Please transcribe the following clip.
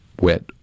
wet